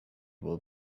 will